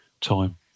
time